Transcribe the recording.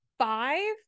five